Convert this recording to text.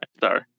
Sorry